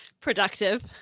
productive